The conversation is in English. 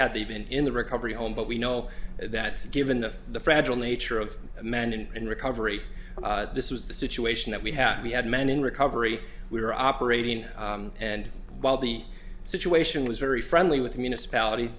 had they been in the recovery home but we know that given the fragile nature of man and in recovery this was the situation that we had we had men in recovery we were operating and while the situation was very friendly with the municipality